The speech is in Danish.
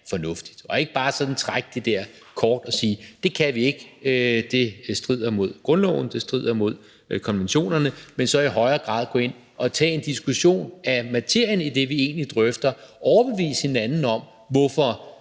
om, at man ikke bare sådan trækker det der kort, hvor man siger, at det kan vi ikke; det strider mod grundloven; det strider mod konventionerne; så man i højere grad går ind og tager en diskussion af materien i det, vi egentlig drøfter, i forhold til at overbevise hinanden om, hvorfor